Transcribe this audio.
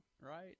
right